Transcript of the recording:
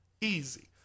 Easy